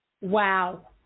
Wow